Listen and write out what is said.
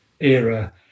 era